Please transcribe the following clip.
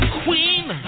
queen